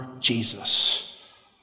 Jesus